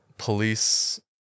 Police